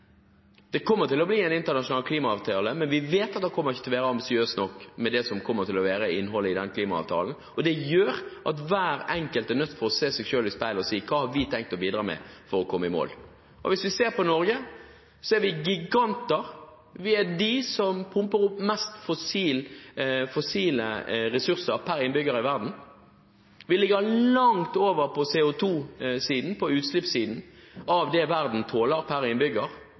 Det kommer til å bli en internasjonal klimaavtale, men vi vet at innholdet i den ikke kommer til å bli ambisiøst nok. Det gjør at hver enkelt er nødt til å se seg selv i speilet og spørre: Hva har vi tenkt å bidra med for å komme i mål? Norge er giganter. Vi er de som pumper opp mest fossile ressurser per innbygger i verden, og på CO2-utslippssiden ligger vi langt over det verden tåler per innbygger.